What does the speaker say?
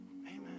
Amen